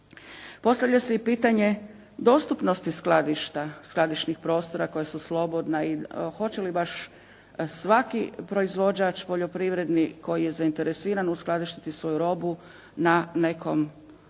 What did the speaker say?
Postavlja se i pitanje dostupnosti skladišta, skladišnih prostora koja su slobodna i hoće li baš svaki proizvođač poljoprivredni koji je zainteresiran uskladištiti svoju robu na nekom, na